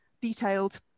detailed